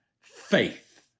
faith